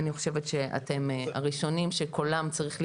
אני חושבת שאתם הראשונים שקולם צריך להישמע.